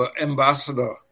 ambassador